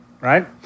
right